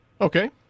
Okay